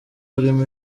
urimo